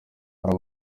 hari